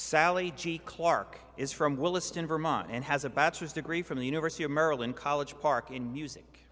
sally clark is from williston vermont and has a bachelor's degree from the university of maryland college park in music